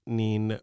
niin